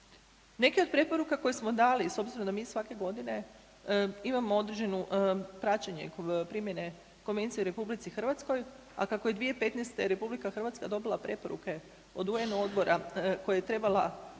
Neke od preporuka koje smo dali, s obzirom da mi svake godine imamo određenu praćenje primjene konvencije u RH, a kako je 2015. RH dobila preporuka od UN odbora koji je trebala